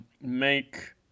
Make